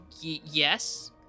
yes